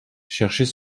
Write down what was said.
cherchait